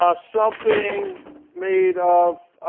ah something made of